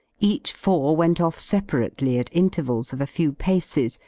each four went off separately at intervals of a few paces,